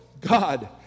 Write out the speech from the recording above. God